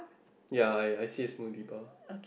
ya I I see a spoon deeper